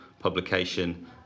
publication